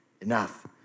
Enough